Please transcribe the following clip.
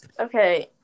Okay